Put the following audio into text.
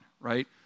right